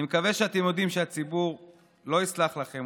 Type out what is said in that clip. אני מקווה שאתם יודעים שהציבור לא יסלח לכם,